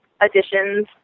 additions